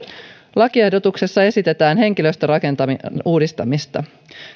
lakiehdotuksessa esitetään henkilöstörakenteen uudistamista